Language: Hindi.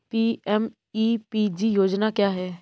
पी.एम.ई.पी.जी योजना क्या है?